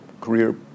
career